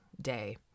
day